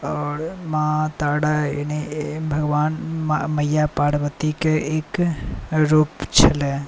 आओर माँ तारा एनी भगवान मैया पारवतीके एक रूप छलै